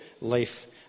life